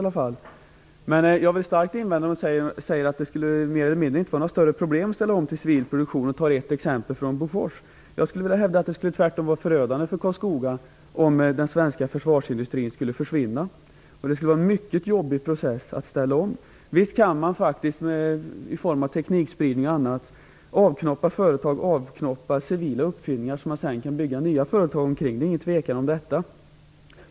Men jag vill göra starka invändningar när hon mer eller mindre säger att det inte skulle vara några större problem att ställa om till civil produktion och tar ett exempel från Bofors. Jag hävdar tvärtom att det skulle vara förödande för Karlskoga om den svenska försvarsindustrin skulle försvinna. Det skulle bli en mycket jobbig process att ställa om. Visst kan man med teknikspridning och annat avknoppa företag med civila uppfinningar som man sedan kan bygga nya företag omkring. Det är ingen tvekan om detta.